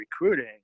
recruiting